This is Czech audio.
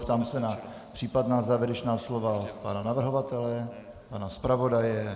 Ptám se na případná závěrečná slova pana navrhovatele, pana zpravodaje...